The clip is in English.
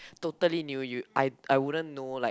totally knew you I I wouldn't know like